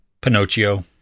Pinocchio